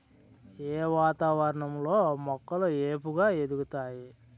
ఏ వాతావరణం లో మొక్కలు ఏపుగ ఎదుగుతాయి?